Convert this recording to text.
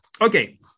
Okay